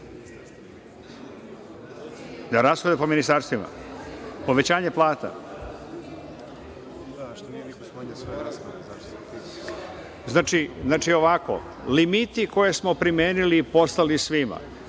na rashode po ministarstvima, povećanje plata? Znači, ovako, limiti koje smo primeni i poslali svima